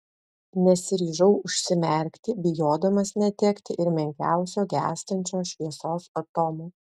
nesiryžau užsimerkti bijodamas netekti ir menkiausio gęstančios šviesos atomo